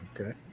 Okay